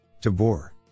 Tabor